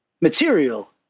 material